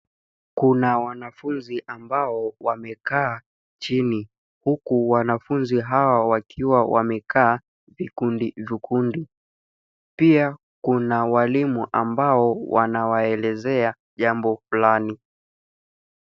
Kuna wanafunzi ambao wamekaa chini huku wanafunzi hawa wakiwa wamekaa vikundi vikundi. Pia kuna walimu ambao wanawaelezea jambo fulani.